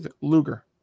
Luger